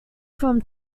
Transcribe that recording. from